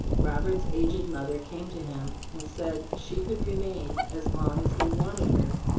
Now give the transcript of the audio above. robert's aged mother came to him, and said she could remain as long as he wanted her,